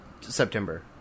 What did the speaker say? September